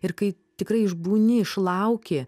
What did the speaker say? ir kai tikrai išbūni išlauki